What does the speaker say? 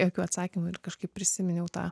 jokių atsakymų ir kažkaip prisiminiau tą